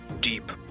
Deep